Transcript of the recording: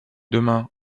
demain